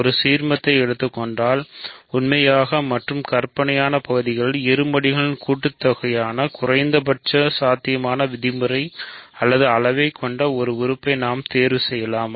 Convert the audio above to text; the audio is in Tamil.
ஒரு சீர்மத்தை எடுத்துக்கொண்டால் உண்மையான மற்றும் கற்பனையான பகுதிகளின் இருமடிகளின் கூட்டுத்தொகையான குறைந்தபட்ச சாத்தியமான விதிமுறை அல்லது அளவைக் கொண்ட ஒரு உறுப்பை நாம் தேர்வு செய்யலாம்